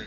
mm